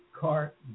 cart